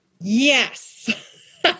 Yes